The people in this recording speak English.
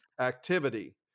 activity